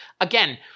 again